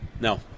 No